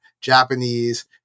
Japanese